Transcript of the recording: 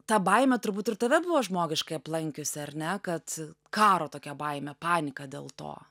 ta baimė turbūt ir tave buvo žmogiškai aplankiusi ar ne kad karo tokia baimė panika dėl to